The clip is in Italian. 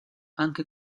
anche